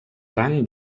rang